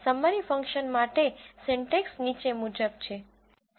summary function માટે syntax નીચે મુજબ છે